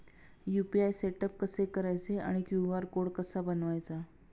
UPI setup कसे करायचे आणि क्यू.आर कोड कसा बनवायचा?